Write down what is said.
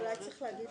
הצבעה בעד,